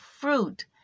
fruit